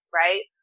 right